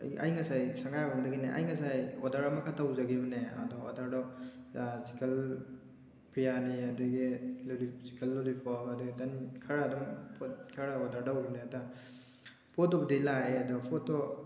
ꯑꯩ ꯉꯁꯥꯏ ꯁꯉꯥꯏꯌꯨꯝꯐꯝꯗꯒꯤꯅꯦ ꯑꯩ ꯉꯁꯥꯏ ꯑꯣꯗꯔ ꯑꯃꯈꯛ ꯇꯧꯖꯈꯤꯕꯅꯦ ꯑꯗꯣ ꯑꯣꯗꯔꯗꯣ ꯆꯤꯛꯀꯟ ꯕꯤꯔꯌꯥꯅꯤ ꯑꯗꯒꯤ ꯆꯤꯛꯀꯟ ꯂꯣꯂꯤꯄꯣꯞ ꯑꯗꯣ ꯈꯤꯇꯪ ꯈꯔ ꯑꯗꯨꯝ ꯄꯣꯠ ꯈꯔ ꯑꯣꯗꯔ ꯇꯧꯈꯤꯕꯅꯦ ꯑꯗ ꯄꯣꯠꯇꯨꯕꯨꯗꯤ ꯂꯥꯛꯑꯦ ꯑꯗꯣ ꯄꯣꯠꯇꯣ